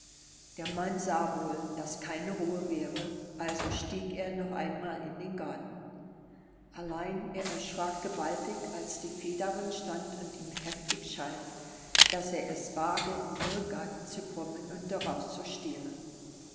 der mann sah wohl daß keine ruh wäre also stieg er noch einmal in den garten allein er erschrack gewaltig als die fee darin stand und ihn heftig schalt daß er es wage in ihren garten zu kommen und daraus zu stehlen